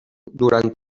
durant